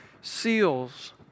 seals